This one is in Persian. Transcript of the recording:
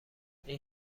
این